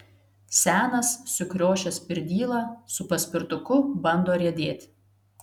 senas sukriošęs pirdyla su paspirtuku bando riedėt